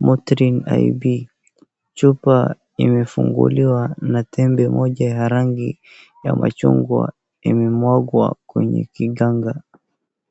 MOTRIN IB.Chupa imefunguliwa na tembe moja ya rangi ya machungwa imemwagwa kwenye kiganga.